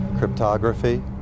Cryptography